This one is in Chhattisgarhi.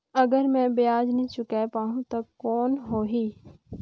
अगर मै ब्याज नी चुकाय पाहुं ता कौन हो ही?